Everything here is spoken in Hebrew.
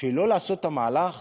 שלא לעשות את המהלך